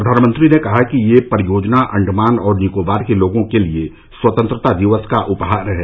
प्रधानमंत्री ने कहा कि यह परियोजना अंडमान और निकोबार के लोगों के लिए स्वतंत्रता दिवस का उपहार है